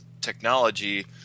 technology